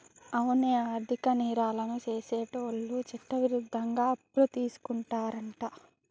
అవునే ఆర్థిక నేరాలను సెసేటోళ్ళను చట్టవిరుద్ధంగా అప్పులు తీసుకుంటారంట